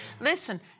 Listen